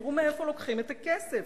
תראו מאיפה לוקחים את הכסף: